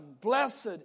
Blessed